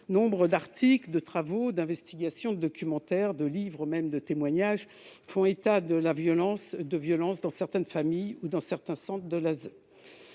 Nombre d'articles, de travaux, d'investigations, de documentaires, de livres, de témoignages font état de violences dans certaines familles ou dans certains centres de l'ASE.